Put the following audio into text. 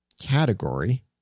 category